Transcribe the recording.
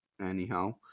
anyhow